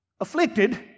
afflicted